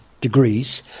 degrees